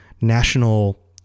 national